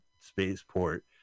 spaceport